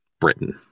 Britain